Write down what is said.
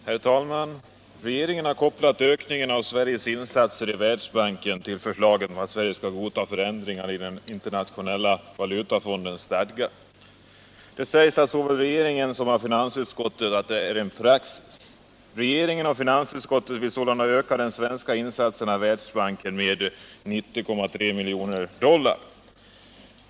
Herr talman! Regeringen har kopplat en ökning av Sveriges insatser i Världsbanken till förslaget att Sverige skall godta förändringarna i Internationella valutafondens stadga. Det sägs av både regeringen och finansutskottet att detta är praxis. Regeringen och finansutskottet vill således öka de svenska insatserna i Världsbanken med 90,3 miljoner dollar.